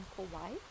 Kauai